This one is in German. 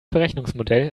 berechnungsmodell